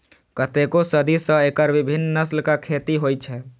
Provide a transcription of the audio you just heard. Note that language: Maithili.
कतेको सदी सं एकर विभिन्न नस्लक खेती होइ छै